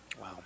wow